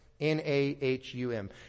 N-A-H-U-M